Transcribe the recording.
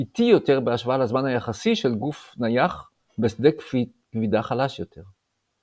איטי יותר בהשוואה לזמן היחסי של גוף נייח בשדה כבידה חלש יותר.